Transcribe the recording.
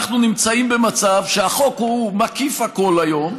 אנחנו נמצאים במצב שהחוק מקיף הכול היום,